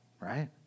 right